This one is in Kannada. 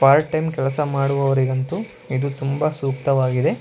ಪಾರ್ಟ್ ಟೈಮ್ ಕೆಲಸ ಮಾಡುವವರಿಗಂತೂ ಇದು ತುಂಬ ಸೂಕ್ತವಾಗಿದೆ